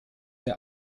der